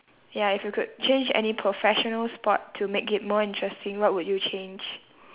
ya if you could change any professional sport to make it more interesting what would you change